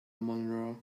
monroe